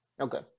Okay